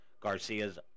Garcia's